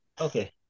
Okay